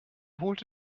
holte